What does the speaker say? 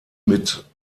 mit